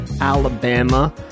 Alabama